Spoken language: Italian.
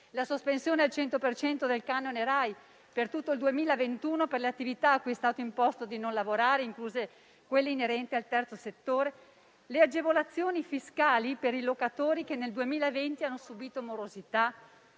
la sospensione al 100 per cento del canone RAI per tutto il 2021 per le attività cui è stato imposto di non lavorare, incluse quelle inerenti al terzo settore; le agevolazioni fiscali per i locatori che nel 2020 hanno subito morosità,